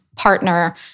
partner